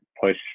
push